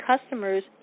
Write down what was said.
customers